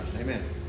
Amen